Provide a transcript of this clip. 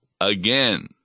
again